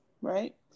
right